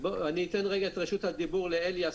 אני אתן את רשות הדיבור לאליאס,